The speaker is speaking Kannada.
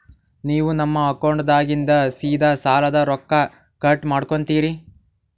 ನೀವು ನಮ್ಮ ಅಕೌಂಟದಾಗಿಂದ ಸೀದಾ ಸಾಲದ ರೊಕ್ಕ ಕಟ್ ಮಾಡ್ಕೋತೀರಿ?